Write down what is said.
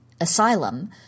asylum